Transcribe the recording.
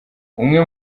umwe